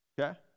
okay